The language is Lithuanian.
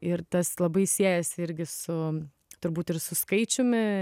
ir tas labai siejasi irgi su turbūt ir su skaičiumi